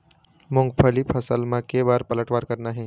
मूंगफली फसल म के बार पलटवार करना हे?